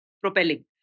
propelling